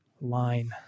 line